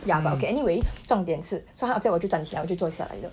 ya but okay anyway 重点是 so 他 after that 我就站起来我就坐下来了